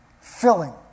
filling